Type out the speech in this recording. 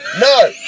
No